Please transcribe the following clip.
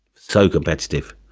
so competitive.